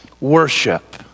Worship